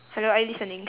hello are you listening